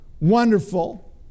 wonderful